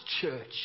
church